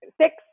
six